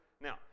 Now